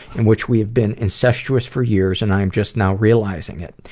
in which we have been incestuous for years, and i am just now realizing it.